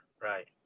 right